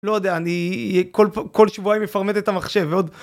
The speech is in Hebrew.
לא יודע, אני כל פעם כל שבועיים מפרמט את המחשב, עוד...